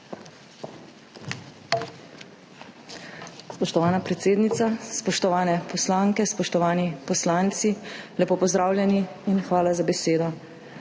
Spoštovana predsednica, spoštovane poslanke, spoštovani poslanci! Lepo pozdravljeni in hvala za besedo!